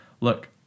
look